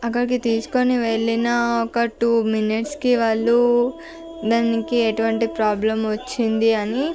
అక్కడికి తీసుకొని వెళ్ళిన ఒక టూ మినిట్స్కి వాళ్ళు దానికి ఎటువంటి ప్రాబ్లమ్ వచ్చింది అని